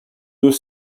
deux